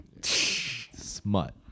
Smut